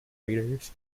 readers